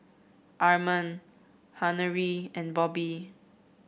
Armand Henery and Bobbie